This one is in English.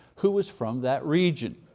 who was from that region.